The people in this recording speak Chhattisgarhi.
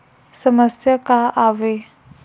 समस्या का आवे?